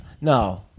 no